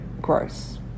gross